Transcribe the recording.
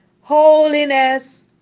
holiness